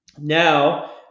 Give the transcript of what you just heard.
now